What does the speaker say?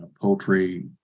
poultry